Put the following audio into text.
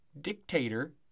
Dictator